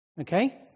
Okay